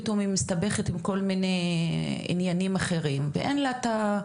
פתאום היא מסתבכת עם כל מיני עניינים אחרים ואין לה את האומץ,